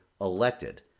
elected